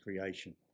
creation